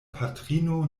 patrino